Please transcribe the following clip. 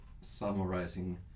summarizing